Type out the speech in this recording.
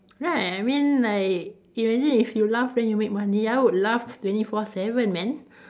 right I mean like imagine if you laugh then you make money I would laugh twenty four seven man